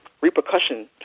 repercussion